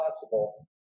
possible